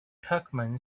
turkmen